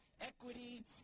equity